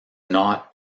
not